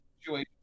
situation